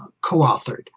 co-authored